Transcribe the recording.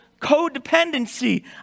codependency